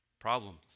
Problems